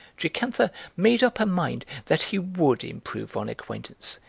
jocantha made up her mind that he would improve on acquaintance,